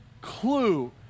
clue